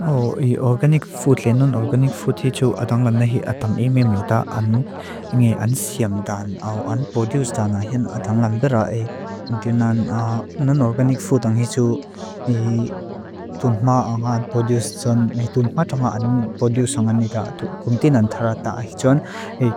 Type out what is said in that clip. O, i organic food le non-organic food hi tsu adang lam na hi atam e meam luta an ngi an siam dan, au an produce dan ahin adang lam dira e. Ntu nan non-organic food an hi tsu i tunhma angan produce tsun, nai tunhma tungha an produce angan nita kun tinan thara ta ahi tsun. E